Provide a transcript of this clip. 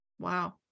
Wow